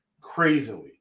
crazily